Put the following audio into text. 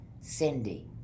Cindy